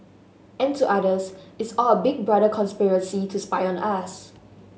and to others it's all a Big Brother conspiracy to spy on us